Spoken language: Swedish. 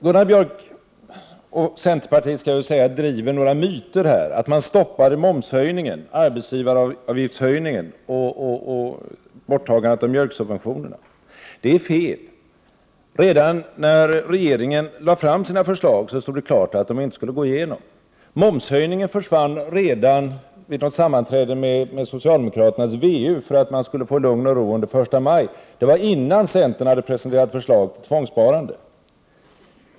Gunnar Björk och centerpartiet driver här vissa myter, att man stoppade momshöjningen, höjningen av arbetsgivaravgiften och borttagandet av mjölksubventionerna. Det är fel. Redan när regeringen lade fram sina förslag stod det klart att de inte skulle gå igenom. Momshöjningen försvann redan vid ett sammanträde med socialdemokraternas VU för att man skulle få lugn och ro under första maj. Det var innan centern hade presenterat förslag till tvångssparande.